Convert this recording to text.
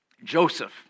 Joseph